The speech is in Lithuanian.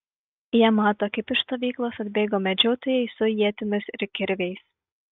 jie mato kaip iš stovyklos atbėga medžiotojai su ietimis ir kirviais